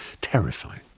terrifying